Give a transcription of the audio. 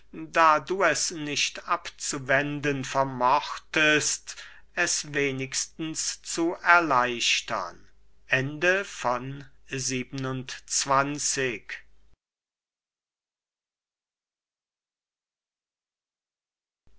da du es nicht abzuwenden vermochtest es wenigstens zu erleichtern